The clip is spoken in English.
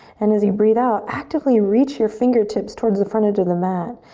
and as you breathe out, actively reach your fingertips towards the front edge of the mat,